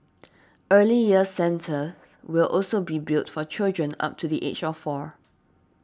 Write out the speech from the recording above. Early Years Centres will also be built for children up to the age of four